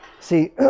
See